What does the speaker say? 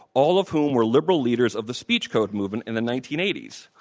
all of whom were liberal leaders of the speech code movement in the nineteen eighty s.